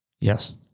Yes